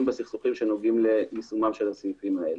בסכסוכים שנוגעים ליישומם של הסעיפים האלה.